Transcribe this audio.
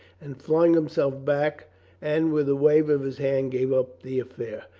and flung himself back and with a wave of his hand gave up the affair.